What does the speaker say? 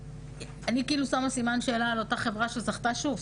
אני שמה סימן שאלה על אותה חברה שזכתה שוב.